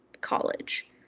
college